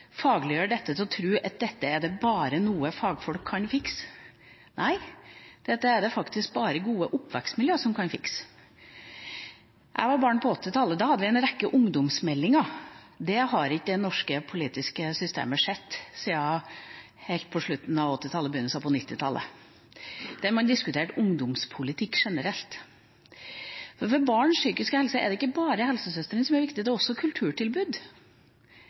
at dette er noe bare fagfolk kan fikse. Nei, dette er det faktisk bare gode oppvekstmiljøer som kan fikse. Jeg var barn på 1980-tallet. Da hadde vi en rekke ungdomsmeldinger. Det har ikke det norske politiske systemet sett siden helt på slutten av 1980-tallet og begynnelsen av 1990-tallet, der man diskuterte ungdomspolitikk generelt. Men for barns psykiske helse er det ikke bare helsesøster som er viktig. Det er også kulturtilbud,